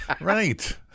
Right